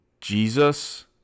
Jesus